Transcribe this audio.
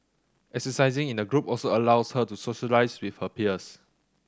exercising in a group also allows her to socialise with her peers